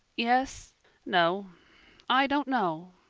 yes no i don't know,